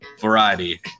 variety